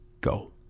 go